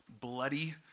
bloody